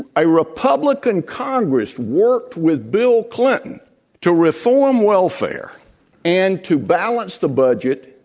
a republican congress worked with bill clinton to reform welfare and to balance the budget